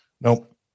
Nope